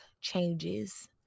changes